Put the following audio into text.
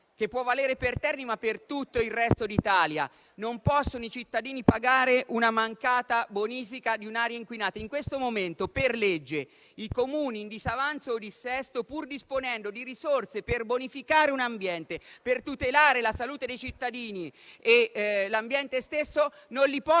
che può valere per Terni, ma per tutto il resto d'Italia: i cittadini non possono pagare la mancata bonifica di un'area inquinata. In questo momento, per legge, i Comuni in disavanzo o dissesto, pur disponendo di risorse per bonificare un ambiente, per tutelare la salute dei cittadini e l'ambiente stesso, non le possono